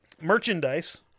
Merchandise